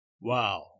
wow